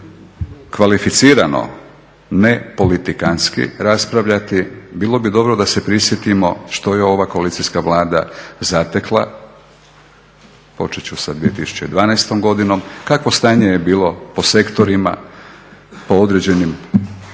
moglo kvalificirano ne politikanski raspravljati bilo bi dobro da se prisjetimo što je ova koalicijska Vlada zatekla, početi ću sa 2012. godinom, kakvo stanje je bilo po sektorima, po određenim